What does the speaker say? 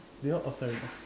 they all outside already